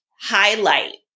highlight